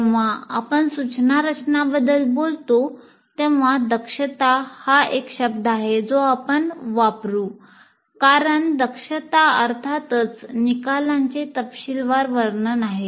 जेव्हा आपण सूचना रचनाबद्दल बोलतो तेव्हा दक्षता हा एक शब्द आहे जो आपण वापरू कारण दक्षता अर्थातच निकालांचे तपशीलवार वर्णन आहे